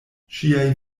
ŝiaj